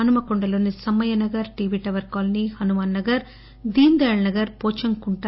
హన్మ కొండలోని Sammayya Nagar TV tower colony Hanuman Nagar Deendayal Nagar Pochamkunta